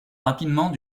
rapidement